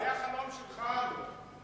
זה החלום שלך, הלוא.